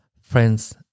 friends